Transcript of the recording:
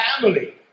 family